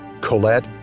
Colette